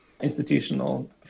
institutional